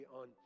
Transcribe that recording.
on